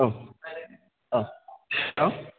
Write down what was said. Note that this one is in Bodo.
औ औ